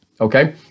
okay